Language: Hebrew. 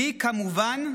כמובן,